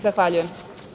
Zahvaljujem.